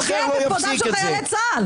הוא פוגע בכבודם של חיילי צה"ל.